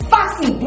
Foxy